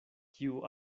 kiu